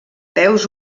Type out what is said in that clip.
peus